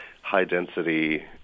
high-density